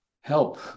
help